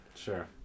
Sure